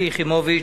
שלי יחימוביץ,